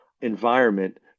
environment